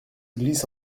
glisse